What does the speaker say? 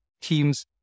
Teams